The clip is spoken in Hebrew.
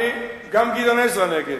גם גדעון עזרא נגד.